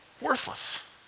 Worthless